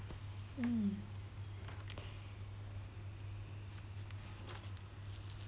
mm